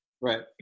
Right